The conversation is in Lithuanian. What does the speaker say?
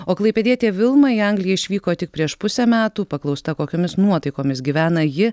o klaipėdietė vilma į angliją išvyko tik prieš pusę metų paklausta kokiomis nuotaikomis gyvena ji